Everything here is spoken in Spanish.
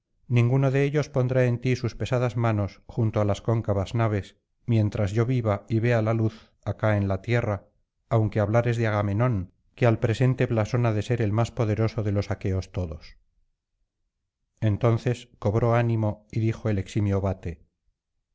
ninguno de ellos pondrá en ti sus pesadas manos junto á las cóncavas naves mientras yo viva y vea la luz acá en la tierra aunque hablares de agamenón que al presente blasona de ser el más poderoso de los aqueos todos entonces cobró ánimo y dijo el eximio vate